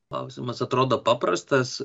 klausimas atrodo paprastas